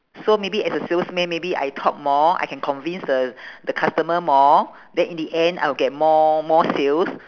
so maybe as a salesman maybe I talk more I can convince the the customer more then in the end I'll get more more sales